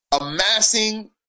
amassing